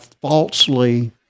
falsely